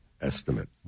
estimate